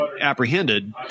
apprehended